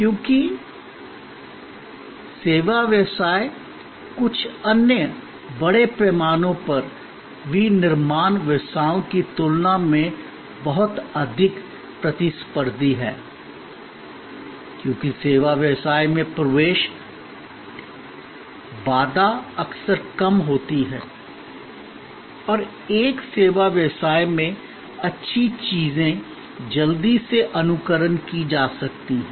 क्योंकि सेवा व्यवसाय कुछ अन्य बड़े पैमाने पर विनिर्माण व्यवसायों की तुलना में बहुत अधिक प्रतिस्पर्धी है क्योंकि सेवा व्यवसाय में प्रवेश बाधा अक्सर कम होती है और एक सेवा व्यवसाय में अच्छी चीजें जल्दी से अनुकरण की जा सकती हैं